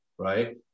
Right